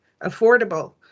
affordable